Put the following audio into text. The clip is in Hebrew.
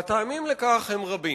והטעמים לכך הם רבים.